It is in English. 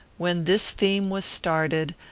when this theme was started,